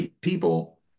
people